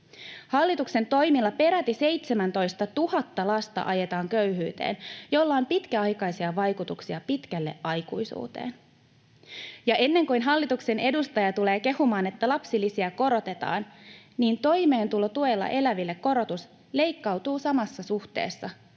Hallituksen toimilla peräti 17 000 lasta ajetaan köyhyyteen, millä on pitkäaikaisia vaikutuksia pitkälle aikuisuuteen. Ja ennen kuin hallituksen edustaja tulee kehumaan, että lapsilisiä korotetaan, niin totean, että toimeentulotuella eläville korotus leikkautuu samassa suhteessa tuesta.